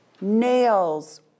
nails